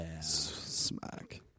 smack